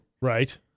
Right